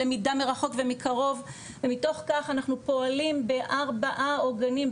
בלמידה מרחוק ומקרוב ומתוך כך אנחנו פועלים בארבעה עוגנים,